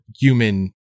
human